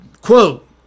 Quote